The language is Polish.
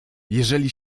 jeżeli